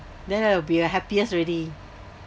then I will be a happiest already